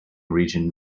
region